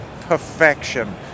perfection